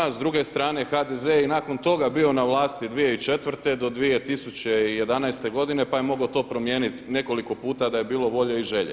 S druge strane HDZ je i nakon toga bio na vlasti 2004. do 2011. godine pa je mogao to promijeniti nekoliko puta da je bilo volje i želje.